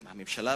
הממשלה,